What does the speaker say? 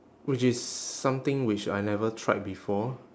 which is something which I never tried before